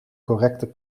correcte